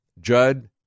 Judd